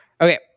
Okay